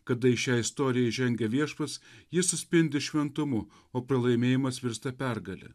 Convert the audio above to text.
kada į šią istoriją įžengia viešpats ji suspindi šventumu o pralaimėjimas virsta pergale